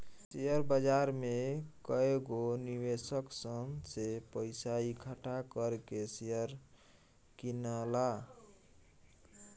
share बाजार में कएगो निवेशक सन से पइसा इकठ्ठा कर के शेयर किनला